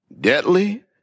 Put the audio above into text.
Deadly